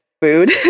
food